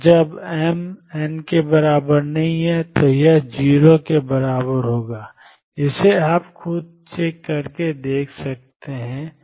और जब m≠n यह 0 होता है जिसे आप खुद चेक कर सकते हैं